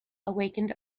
awakened